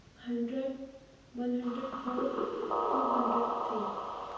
hundred one hundred four two hundred three